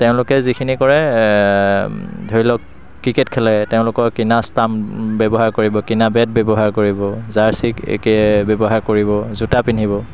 তেওঁলোকে যিখিনি কৰে ধৰি লওক ক্ৰিকেট খেলে তেওঁলোকৰ কিনা ষ্টাম্প ব্যৱহাৰ কৰিব কিনা বেট ব্যৱহাৰ কৰিব জাৰ্ছি ব্যৱহাৰ কৰিব জোতা পিন্ধিব